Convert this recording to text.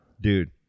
Dude